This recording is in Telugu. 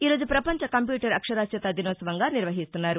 ఈరోజు పపంచ కంప్యూటర్ అక్షరాస్యతా దినోత్సవంగా నిర్వహిస్తున్నారు